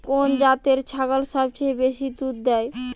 কোন জাতের ছাগল সবচেয়ে বেশি দুধ দেয়?